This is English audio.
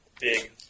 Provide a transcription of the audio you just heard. Big